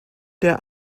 der